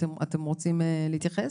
אתם רוצים להתייחס?